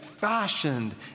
Fashioned